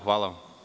Hvala.